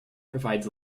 provides